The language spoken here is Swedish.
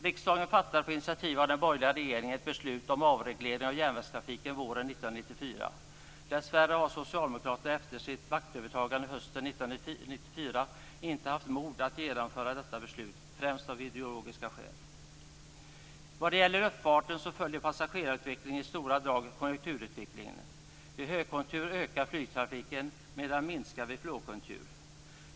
Riksdagen fattade på initiativ av den borgerliga regeringen ett beslut om avreglering av järnvägstrafiken våren 1994. Dessvärre har Socialdemokraterna efter sitt maktövertagande hösten 1994 inte haft mod att genomföra detta beslut, främst av ideologiska skäl. Vad gäller luftfarten följer passagerarutvecklingen i stora drag konjunkturutvecklingen. Vid högkonjunktur ökar flygtrafiken, medan den minskar vid lågkonjunktur.